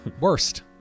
Worst